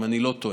אם אני לא טועה.